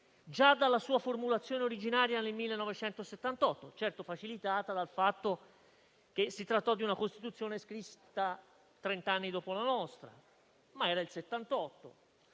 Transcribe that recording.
già dalla sua formulazione originaria del 1978. Certo, è facilitata dal fatto che si tratta di una Costituzione scritta trent'anni dopo la nostra, ma era il 1978,